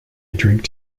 drink